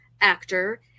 actor